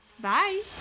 Bye